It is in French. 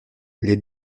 les